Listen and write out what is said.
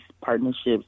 partnerships